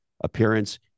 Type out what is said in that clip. appearance